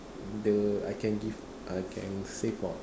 the I can give I can save more